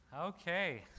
Okay